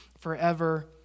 forever